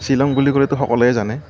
শ্বিলং বুলি ক'লেতো সকলোৱে জানে